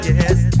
Yes